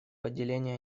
отделение